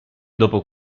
dopo